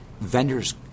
vendors